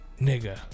nigga